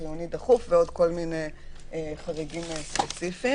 חיוני דחוף ועוד כל מיני חריגים ספציפיים.